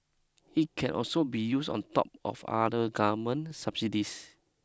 it can also be used on top of other government subsidies